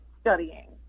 studying